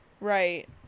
Right